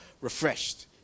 refreshed